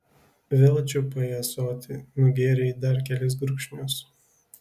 vėl čiupai ąsotį nugėrei dar kelis gurkšnius